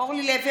אורלי לוי